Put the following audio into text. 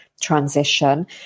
transition